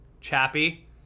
Chappie